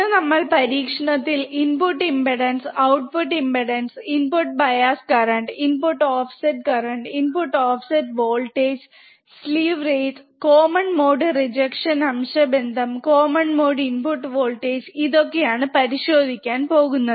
ഇന്ന് നമ്മൾ പരീക്ഷണത്തിൽ input impedance output impedance input bias current input offset current input offset voltage slew rate common mode rejection അംശംബന്ധം common mode input voltage ഇതൊക്കെയാണ് പരിശോധിക്കാൻ പോകുന്നത്